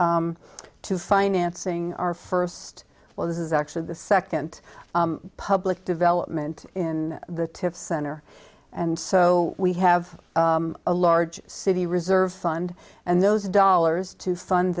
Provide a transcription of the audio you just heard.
to financing our first well this is actually the second public development in the tiffs center and so we have a large city reserve fund and those dollars to fund